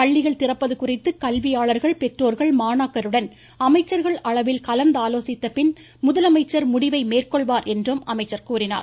பள்ளிகள் திறப்பது குறித்து கல்வியாளர்கள் பெற்றோர்கள் மாணாக்கருடன் அமைச்சர்கள் அளவில் கலந்தாலோசித்த பின் முதலமைச்சர் முடிவை மேற்கொள்வார் என்றும் அமைச்சர் கூறினார்